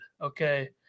Okay